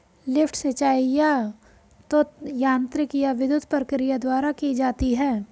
lift सिंचाई या तो यांत्रिक या विद्युत प्रक्रिया द्वारा की जाती है